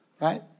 Right